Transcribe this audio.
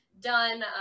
done